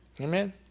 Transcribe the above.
Amen